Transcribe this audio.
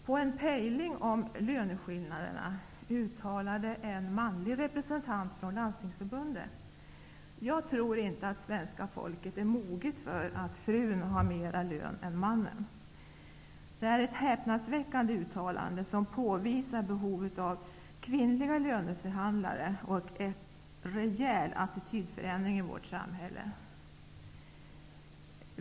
Vid en pejling om löneskillnaderna uttalade en manlig representant från Landstingsförbundet att han inte trodde att svenska folket är moget för att frun har mera lön än mannen. Det här är ett häpnadsväckande uttalande som påvisar behovet av kvinnliga löneförhandlare och en rejäl attitydförändring i vårt samhälle.